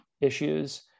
issues